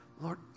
Lord